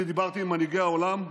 אני דיברתי עם מנהיגי העולם,